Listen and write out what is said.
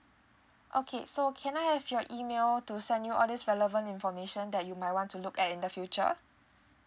okay so can I have your email to send your all this relevant information that you might want to look at in the future